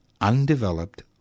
undeveloped